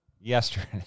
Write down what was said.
yesterday